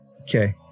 Okay